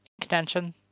contention